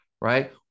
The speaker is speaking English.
right